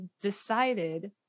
decided